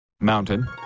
Mountain